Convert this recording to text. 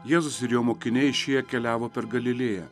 jėzus ir jo mokiniai šie keliavo per galilėją